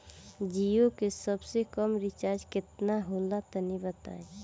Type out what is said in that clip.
जीओ के सबसे कम रिचार्ज केतना के होला तनि बताई?